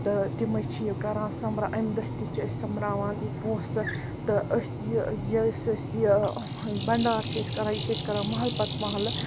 تہٕ تِمٕے چھِ یہِ کَران سنمبرا اَمہِ دۄہ تہِ چھِ أسۍ سنمبراوان یہِ پونسہٕ تہٕ أسۍ یہِ یہِ ٲسۍ أسۍ یہِ بنڑارٕ چھِ أسۍ کَران یہِ چھِ أسۍ کَران محلہٕ پَتہٕ محلہٕ